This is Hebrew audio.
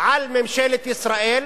על ממשלת ישראל